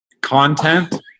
Content